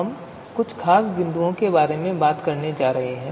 हम कुछ खास बिंदुओं के बारे में बात करने जा रहे हैं